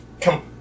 Come